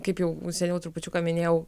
kaip jau seniau trupučiuką minėjau